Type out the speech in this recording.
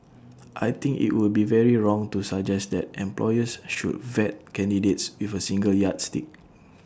I think IT would be very wrong to suggest that employers should vet candidates with A single yardstick